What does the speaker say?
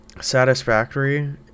satisfactory